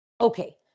Okay